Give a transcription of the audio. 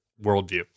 worldview